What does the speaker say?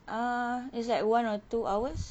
uh is like one or two hours